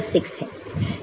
फिर यह 7 है